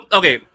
okay